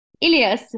Ilias